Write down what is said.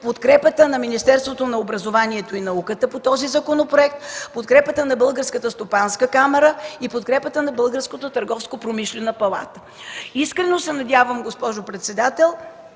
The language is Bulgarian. подкрепата на Министерството на образованието, младежта и науката по този законопроект, подкрепата на Българската стопанска камара и подкрепата на Българската търговско-промишлена палата. Искрено се надявам, госпожо председател,